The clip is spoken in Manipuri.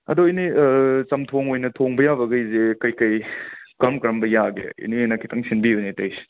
ꯑꯗꯣ ꯏꯅꯦ ꯆꯝꯊꯣꯡ ꯑꯣꯏꯅ ꯊꯣꯡꯕ ꯌꯥꯕꯈꯩꯁꯦ ꯀꯩ ꯀꯩ ꯀꯔꯝ ꯀꯔꯝꯕ ꯌꯥꯒꯦ ꯏꯅꯦꯅ ꯈꯤꯇꯪ ꯁꯤꯟꯕꯤꯌꯨꯅꯦ ꯇꯧꯔꯤꯁꯦ